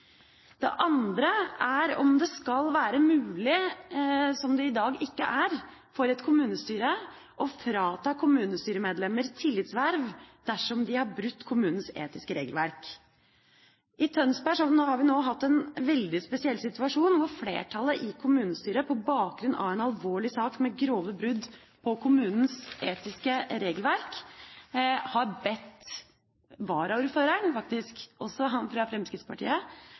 Det andre er om det skal være mulig, som det i dag ikke er, for et kommunestyre å frata kommunestyremedlemmer tillitsverv dersom de har brutt kommunens etiske regelverk. I Tønsberg har vi nå hatt en veldig spesiell situasjon, hvor flertallet i kommunestyret, på bakgrunn av en alvorlig sak med grove brudd på kommunens etiske regelverk, har bedt varaordføreren – også han fra Fremskrittspartiet